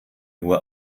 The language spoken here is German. nur